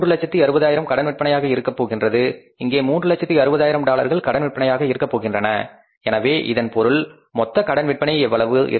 360000 கடன் விற்பனையாக இருக்கப்போகிறது இங்கே 360000 டாலர்கள் கடன் விற்பனையாக இருக்கப் போகின்றன எனவே இதன் பொருள் மொத்த கடன் விற்பனை எவ்வளவு இருக்கும்